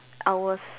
hours